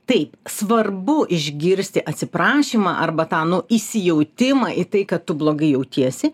taip svarbu išgirsti atsiprašymą arba tą nu įsijautimą į tai kad tu blogai jautiesi